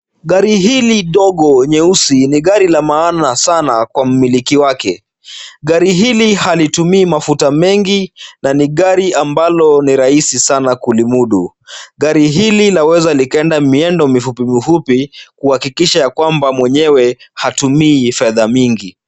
Gari hili dogo nyeusi ni gari la maana sana kwa mumiliki wake. Gari hili halitumii mafuta mengi na ni gari ambalo ni rahisi sana kulimudu. Gari hili laweza likaenda miendo mifupi mifupi kuhakikisha ya kwamba mwenyewe hatumi fedha mingi.